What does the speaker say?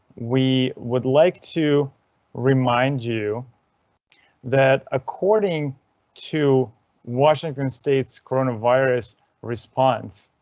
we would like to remind you that according to washington state's soronavirus response